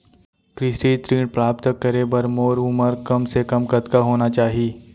कृषि ऋण प्राप्त करे बर मोर उमर कम से कम कतका होना चाहि?